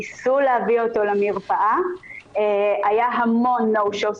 ניסו להביא אותו למרפאה היה המון no show.